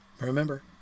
Remember